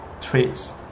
traits